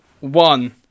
one